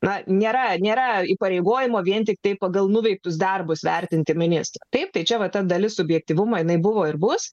na nėra nėra įpareigojimo vien tiktai pagal nuveiktus darbus vertinti ministro taip tai čia va ta dalis subjektyvumo jinai buvo ir bus